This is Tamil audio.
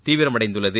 தீவிரமடைந்துள்ளது